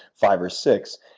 five or six.